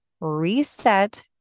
Reset